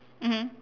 mmhmm